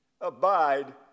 abide